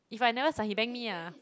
if I never 闪 he bang me ah